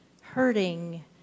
hurting